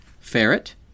Ferret